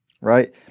right